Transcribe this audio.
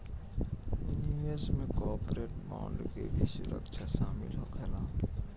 निवेश में corporate bond के भी सुरक्षा शामिल होखेला